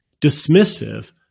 dismissive